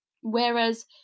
Whereas